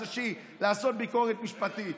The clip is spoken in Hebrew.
לעשות ביקורת משפטית.